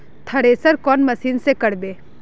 Thresher कौन machine से करबे?